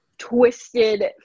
Twisted